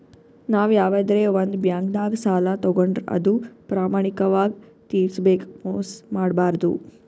ನಾವ್ ಯವಾದ್ರೆ ಒಂದ್ ಬ್ಯಾಂಕ್ದಾಗ್ ಸಾಲ ತಗೋಂಡ್ರ್ ಅದು ಪ್ರಾಮಾಣಿಕವಾಗ್ ತಿರ್ಸ್ಬೇಕ್ ಮೋಸ್ ಮಾಡ್ಬಾರ್ದು